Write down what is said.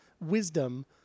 wisdom